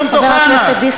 אני מסיים, גברתי היושבת-ראש.